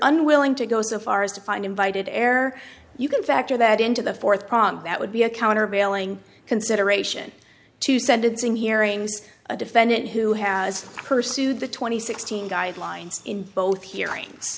unwilling to go so far as to find invited error you can factor that into the fourth prong that would be a countervailing consideration to sentencing hearing a defendant who has pursued the two thousand and sixteen guidelines in both hearings